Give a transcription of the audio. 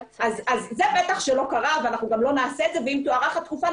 זה בטח שלא קרה ואנחנו גם לא נעשה את זה ואם תוארך התקופה,